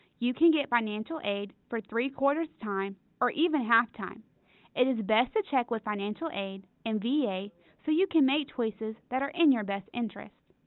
you can get financial aid for three quarter time or even half time it is best to check with financial aid and va so you can make choices that are in your best interest.